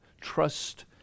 Trust